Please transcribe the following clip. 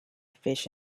fish